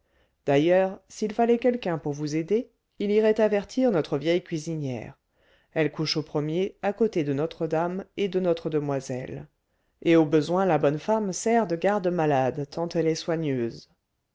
d'ailleurs s'il fallait quelqu'un pour vous aider il irait avertir notre vieille cuisinière elle couche au premier à côté de notre dame et de notre demoiselle et au besoin la bonne femme sert de garde-malade tant elle est soigneuse